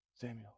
Samuel